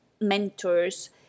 mentors